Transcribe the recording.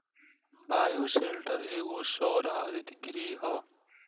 bioshelter एगो सौर हरित गृह ह